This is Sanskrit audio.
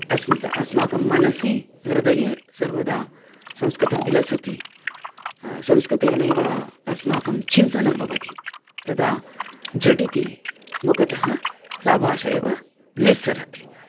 अस्मात् अस्माकं मनसि हृदये सर्वदा संस्कृतं विलसति संस्कृतेनैव अस्माकं चिन्तनं भवति तदा झटिति मुखात् सा भाषा एव निस्सरति